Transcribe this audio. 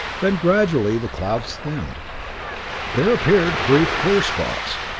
then gradually the clouds thinned there appeared brief clear spots,